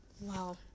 Wow